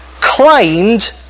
claimed